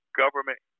government